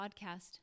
Podcast